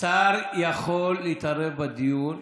שר יכול להתערב בדיון.